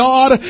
God